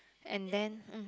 and then